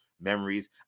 memories